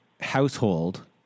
household